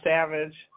Savage